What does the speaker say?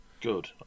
good